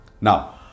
now